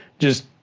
just,